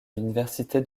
l’université